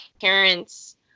parents